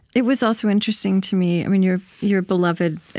it was also interesting to me you're you're beloved,